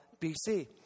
BC